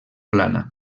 plana